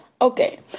Okay